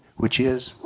which is.